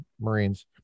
Marines